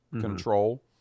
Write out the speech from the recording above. control